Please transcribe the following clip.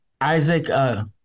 Isaac